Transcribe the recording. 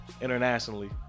internationally